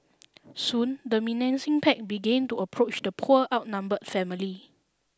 soon the menacing pack began to approach the poor outnumbered family